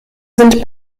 sind